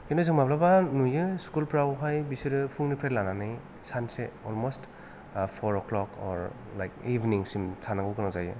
खिन्थु जों माब्लाबा नुयो स्कुलफ्रावहाय बिसोरो फुंनिफ्राय लानानै सानसे almost four o'clock or like इभेनिंसिम थानांगौ गोनां जायो